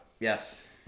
Yes